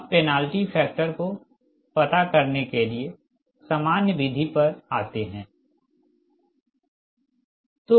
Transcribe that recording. अब penalty factor को पता करने के लिए सामान्य विधि पर आते हैं